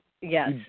yes